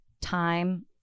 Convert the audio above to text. time